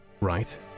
Right